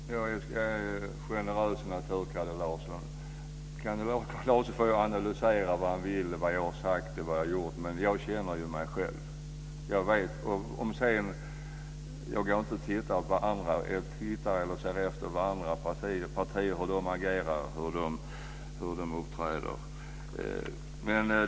Fru talman! Jag är en generös natur, Kalle Larsson. Kalle Larsson får analysera det jag har sagt eller gjort hur han vill. Jag känner ju mig själv. Jag går inte och tittar efter hur andra partier agerar eller uppträder.